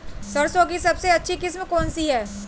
सरसों की सबसे अच्छी किस्म कौन सी है?